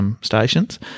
stations